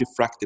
diffractive